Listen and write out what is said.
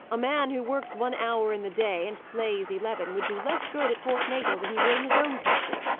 a man who works one hour in the day, and plays eleven, would do less good at port natal than he would in his own country.